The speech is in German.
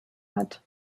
hat